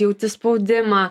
jauti spaudimą